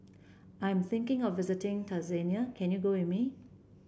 I am thinking of visiting Tanzania can you go with me